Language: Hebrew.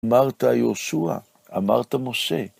אמרת יהושע, אמרת משה.